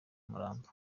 umurambo